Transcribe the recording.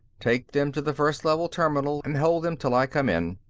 take them to the first level terminal and hold them till i come in.